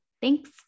Thanks